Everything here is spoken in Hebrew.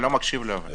אני